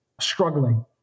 struggling